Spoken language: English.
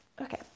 Okay